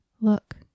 Look